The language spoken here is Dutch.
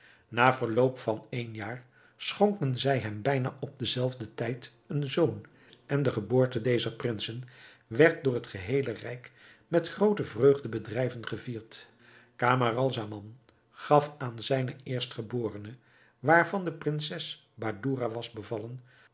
na verloop van één jaar schonken zij hem bijna op den zelfden tijd een zoon en de geboorte dezer prinsen werd door het geheele rijk met groote vreugdebedrijven gevierd camaralzaman gaf aan zijnen eerstgeborene waarvan de prinses badoura was bevallen